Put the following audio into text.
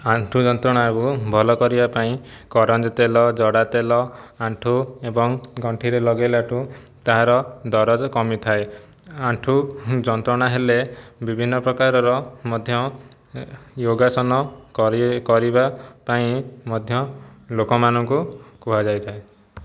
ଆଣ୍ଠୁ ଯନ୍ତ୍ରଣାକୁ ଭଲ କରିବା ପାଇଁ କରଞ୍ଜ ତେଲ ଜଡ଼ା ତେଲ ଆଣ୍ଠୁ ଏବଂ ଗଣ୍ଠିରେ ଲଗାଇଲା ଠୁ ତା'ର ଦରଜ କମିଥାଏ ଆଣ୍ଠୁ ଯନ୍ତ୍ରଣା ହେଲେ ବିଭିନ୍ନପ୍ରକାରର ମଧ୍ୟ ଯୋଗାସୋନ କରି କରିବା ପାଇଁ ମଧ୍ୟ ଲୋକମାନଙ୍କୁ କୁହାଯାଇଥାଏ